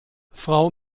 frau